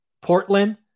Portland